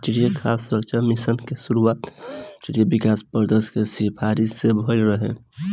राष्ट्रीय खाद्य सुरक्षा मिशन के शुरुआत राष्ट्रीय विकास परिषद के सिफारिस से भइल रहे